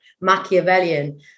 Machiavellian